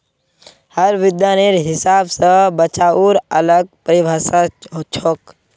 हर विद्वानेर हिसाब स बचाउर अलग परिभाषा छोक